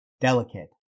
delicate